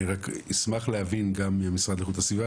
אני רק אשמח להבין גם מהמשרד לאיכות הסביבה,